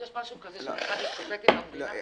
עוד יש משהו כזה שנקרא דיסקוטקים במדינה?